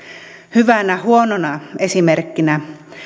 hyvänä huonona esimerkkinä